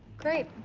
great.